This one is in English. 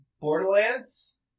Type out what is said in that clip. Borderlands